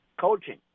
Coaching